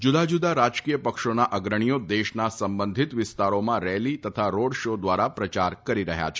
જુદાં જુદાં રાજકીય પક્ષોના અગ્રણીઓ દેશના સંબંધીત વિસ્તારોમાં રેલી તથા રોડ શો દ્વારા પ્રચાર કરી રહ્યા છે